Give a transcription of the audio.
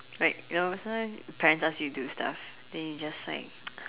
right you know sometimes your parents ask you do stuff then you just like